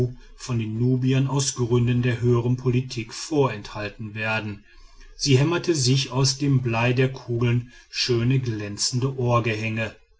von den nubiern aus gründen der höhern politik vorenthalten werden sie hämmerte sich aus dem blei der kugeln schön glänzende